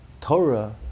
Torah